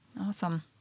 Awesome